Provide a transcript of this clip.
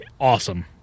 Awesome